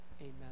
Amen